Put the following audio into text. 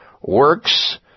Works